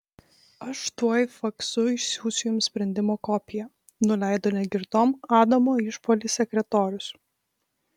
aš tuoj faksu išsiųsiu jums sprendimo kopiją nuleido negirdom adamo išpuolį sekretorius